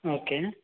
okay